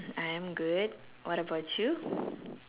I am good what about you